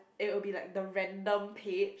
it will be like the random page